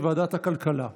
לוועדת הכלכלה נתקבלה.